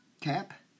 cap